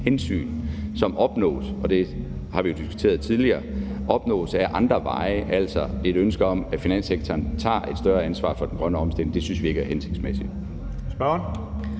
som – og det har vi jo diskuteret tidligere – opnås ad andre veje, altså et ønske om, at finanssektoren tager et større ansvar for den grønne omstilling, synes vi ikke er hensigtsmæssigt.